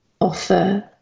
offer